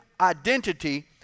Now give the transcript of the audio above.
identity